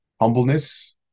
humbleness